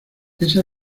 esa